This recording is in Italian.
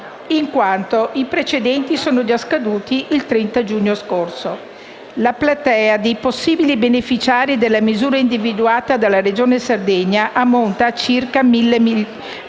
in quanto i precedenti sono già scaduti il 30 giugno scorso. La platea dei possibili beneficiari della misura individuata dalla Regione Sardegna ammonta a circa mille